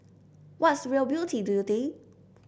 what's real beauty do you think